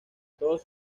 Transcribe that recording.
todos